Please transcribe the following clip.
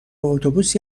اتوبوس